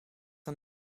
een